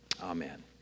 Amen